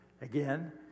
Again